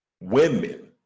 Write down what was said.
women